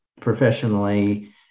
professionally